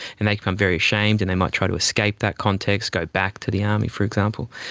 and they become very ashamed and they might try to escape that context, go back to the army, for example.